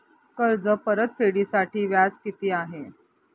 कर्ज परतफेडीसाठी व्याज किती आहे?